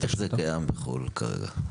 איך זה קיים בחו"ל כרגע?